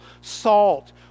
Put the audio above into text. salt